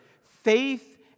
faith